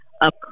up